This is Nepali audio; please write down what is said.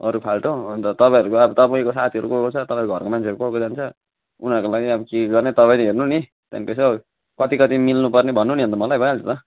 अरू फाल्टो अन्त तपाईँहरूको अब तपाईँको साथीहरू को को छ तपाईँको घरको मान्छेहरू को को जान्छ उनीहरूको लागि अब के गर्ने तपाईँले हेर्नु नि त्यहाँ यसो कति कति मिल्नुपर्ने भन्नु नि अन्त मलाई भइहाल्छ त